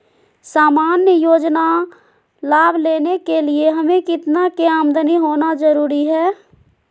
सामान्य योजना लाभ लेने के लिए हमें कितना के आमदनी होना जरूरी है?